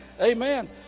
Amen